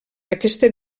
aquesta